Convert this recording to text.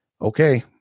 okay